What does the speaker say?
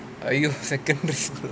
!aiyo! secondary school ah